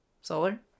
Solar